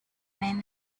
men